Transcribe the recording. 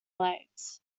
legs